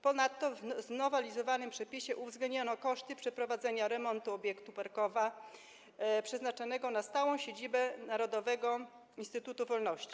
Ponadto w znowelizowanym przepisie uwzględniono koszty przeprowadzenia remontu obiektu „Parkowa”, przeznaczonego na stałą siedzibę Narodowego Instytutu Wolności.